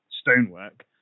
stonework